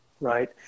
right